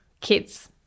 Kids